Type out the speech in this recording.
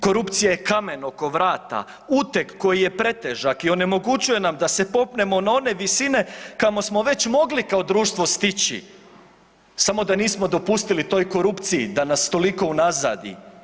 Korupcija je kamen oko vrata, uteg koji je pretežak i onemogućuje nam da se popnemo na one visine kamo smo već mogli kao društvo stići samo da nismo dopustili toj korupciji da nas toliko unazadi.